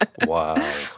Wow